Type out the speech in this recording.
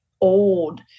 old